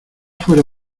fuera